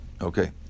Okay